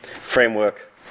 framework